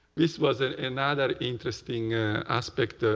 this was ah another interesting aspect. ah